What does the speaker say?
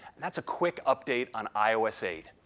that's a quick update on ios eight.